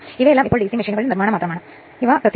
ഞാൻ ഈ പ്രശ്നം മനപൂർവ്വം എടുത്തു